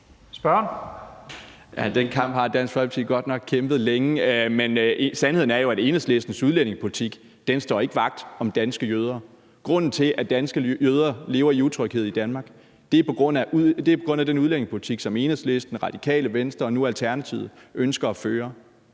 Den kamp har Dansk Folkeparti godt nok kæmpet længe. Men sandheden er jo, at Enhedslistens udlændingepolitik ikke står vagt om danske jøder. Grunden til, at danske jøder lever i utryghed i Danmark, er den udlændingepolitik, som Enhedslisten, Radikale Venstre og nu Alternativet ønsker at føre.